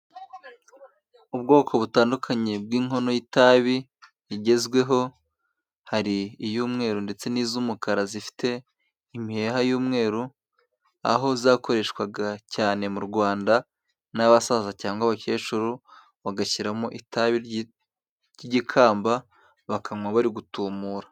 Ubwoko butandukanye bw'inkono y'itabi igezweho, hari iy'umweru ndetse n'iz'umukara zifite imiheha y'umweru, aho zakoreshwaga cyane mu Rwanda n'abasaza cyangwa abakecuru, bagashyiramo itabi ry'igikamba bakanywa bari gutumura.